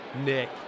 Nick